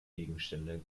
gegenstände